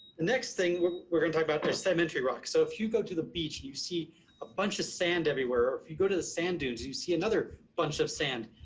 the next thing we're we're gonna talk about is sedimentary rocks. so if you go to the beach, you see a bunch of sand everywhere. or if you go to the sand dunes, you see another bunch of sand.